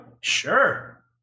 Sure